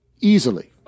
easily